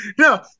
no